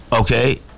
Okay